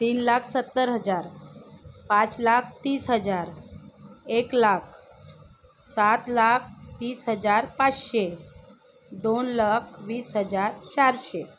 तीन लाख सत्तर हजार पाच लाख तीस हजार एक लाख सात लाख तीस हजार पाचशे दोन लाख वीस हजार चारशे